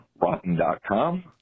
Rotten.com